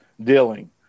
dealing